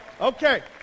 Okay